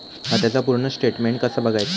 खात्याचा पूर्ण स्टेटमेट कसा बगायचा?